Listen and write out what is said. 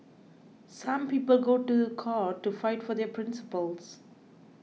some people go to the court to fight for their principles